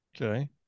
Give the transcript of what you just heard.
okay